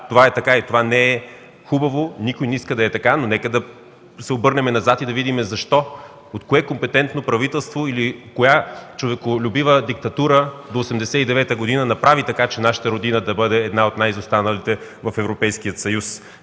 това е така и това не е хубаво. Никой не иска да е така, но нека да се обърнем назад и да видим защо, от кое компетентно правителство или коя човеколюбива диктатура до 1989 г. направи така, че нашата родина да бъде една от най-изостаналите в Европейския съюз.